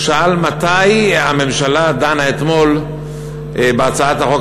הוא שאל מתי הממשלה דנה אתמול בהצעת החוק